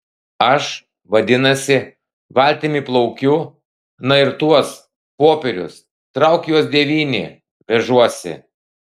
aš vadinasi valtimi plaukiu na ir tuos popierius trauk juos devyni vežuosi